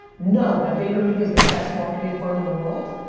know that vaynermedia's the best marketing firm in the world?